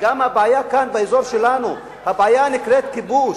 וגם הבעיה כאן באזור שלנו, הבעיה נקראת כיבוש.